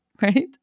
Right